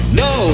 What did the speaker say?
no